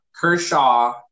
Kershaw